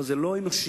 אבל זה לא אנושי